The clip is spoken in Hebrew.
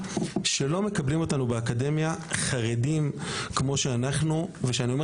היא שלא מקבלים אותנו באקדמיה חרדים כמו שאנחנו ושאני אומר